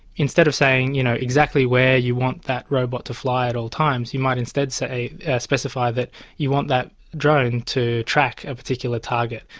instead of saying you know exactly where you want that robot to fly at all times, you might instead so specify that you want that drone to track a particular target,